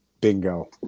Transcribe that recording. Bingo